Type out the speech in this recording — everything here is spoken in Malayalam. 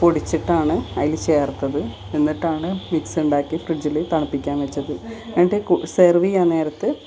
പൊടിച്ചിട്ടാണ് അതിൽ ചേർത്തത് എന്നിട്ടാണ് മിക്സ് ഉണ്ടാക്കി ഫ്രിഡ്ജിൽ തണുപ്പിക്കാൻ വെച്ചത് എന്നിട്ട് സെർവ് ചെയ്യാൻ നേരത്ത്